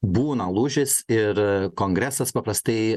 būna lūžis ir kongresas paprastai